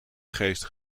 geest